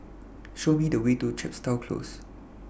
Show Me The Way to Chepstow Close